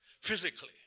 physically